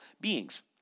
beings